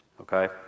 okay